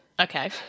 Okay